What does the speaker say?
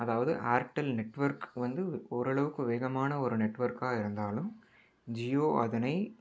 அதாவது Airtel network வந்து ஓரளவுக்கு வேகமான ஒரு நெட்வொர்க்காக இருந்தாலும் ஜியோ அதனை